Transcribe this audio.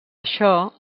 això